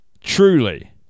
truly